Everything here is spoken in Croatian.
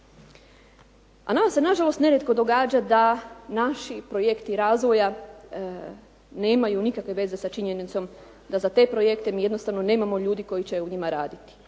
A nama se nažalost nerijetko događa da naši projekti razvoja nemaju nikakve veze sa činjenicom da za te projekte mi jednostavno nemamo ljudi koji će u njima raditi.